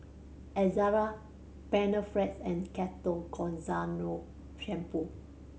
Ezerra Panaflex and Ketoconazole Shampoo